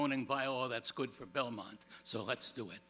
zoning by all that's good for belmont so let's do it